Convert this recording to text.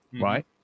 right